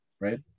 Right